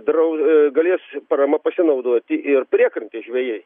drau galės parama pasinaudoti ir priekrantės žvejai